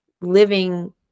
living